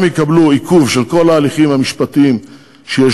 גם יקבלו עיכוב של כל ההליכים המשפטיים שיש